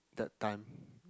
that time